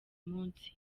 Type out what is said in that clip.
munsi